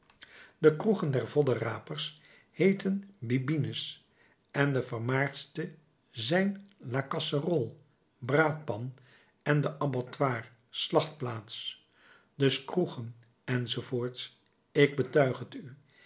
de kroegen der voddenrapers heeten bibines en de vermaardste zijn la casserolle braadpan en de abbatoir slachtplaats dus kroegen enz ik betuig het u